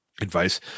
advice